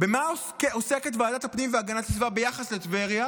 במה עוסקת ועדת הפנים והגנת הסביבה ביחס לטבריה?